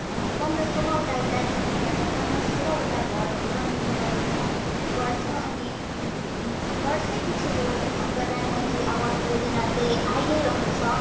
पन्ध्र सोह्रवटा एउटा जिपीबाट पन्ध्र सोह्रवटा घरहरू बनिने गरिन्छ गर्छ अनि वर्षै पछि यो प्रधानमन्त्री आवास योजना चाहिँ आइ नै रहन्छ